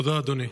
תודה, אדוני.